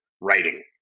writing